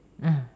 ah